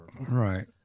Right